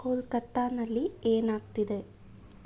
ಕೋಲ್ಕತ್ತಾದಲ್ಲಿ ಏನಾಗ್ತಿದೆ